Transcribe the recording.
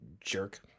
jerk